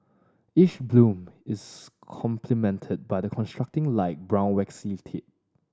each bloom is complemented by a contrasting light brown waxy tip